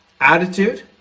Attitude